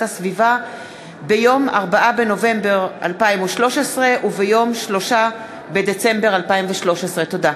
הסביבה ביום 4 בנובמבר 2013 וביום 3 בדצמבר 2013. תודה.